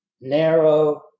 narrow